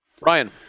Ryan